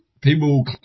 people